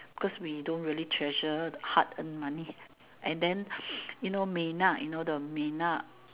because we don't really treasure hard earned money and then you know Mei-Na you know the Mei-Na